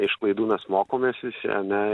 iš klaidų mes mokomės visi ane